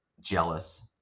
jealous